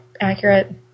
accurate